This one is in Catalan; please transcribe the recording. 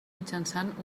mitjançant